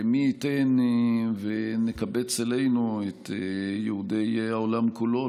מי ייתן ונקבץ אלינו את יהודי העולם כולו,